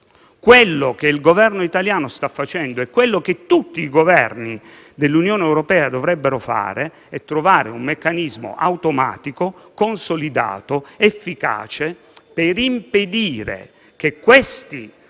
Quello che il Governo italiano sta facendo e che tutti i Governi dell'Unione europea dovrebbero fare è trovare un meccanismo automatico, consolidato ed efficace per impedire che questi